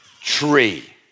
tree